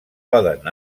poden